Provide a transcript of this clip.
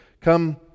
Come